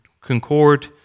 concord